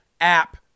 app